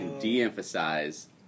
De-emphasize